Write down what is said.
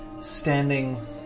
standing